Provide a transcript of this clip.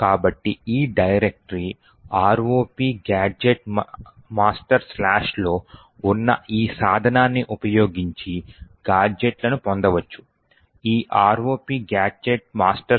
కాబట్టి ఈ directory ROPGadget masterలో ఉన్న ఈ సాధనాన్ని ఉపయోగించి గాడ్జెట్లను పొందవచ్చు